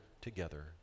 together